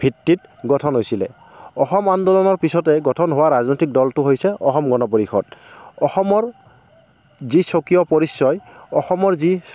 ভিত্তিত গঠন হৈছিলে অসম আন্দোলনৰ পিছতে গঠন হোৱা ৰাজনৈতিক দলটো হৈছে অসম গণ পৰিষদ অসমৰ যি স্বকীয় পৰিচয় অসমৰ যি